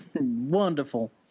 Wonderful